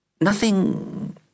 Nothing